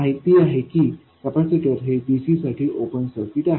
माहिती आहे की कपॅसिटर हे dc साठी ओपन सर्किट आहे